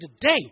today